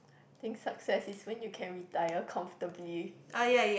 think success is when you can retired comfortably